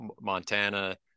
montana